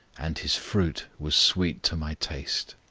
and his fruit was sweet to my taste.